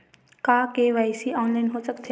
का KYC online हो सकथे?